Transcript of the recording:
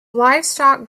livestock